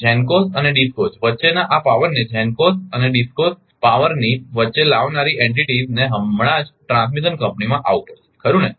GENCOs અને DISCOs વચ્ચેના આ પાવરને GENCOs અને DISCOs પાવરની વચ્ચે લાવનારી એન્ટિટીઝને હમણાં જ ટ્રાન્સમિશન કંપનીમાં આવવું પડશે ખરુ ને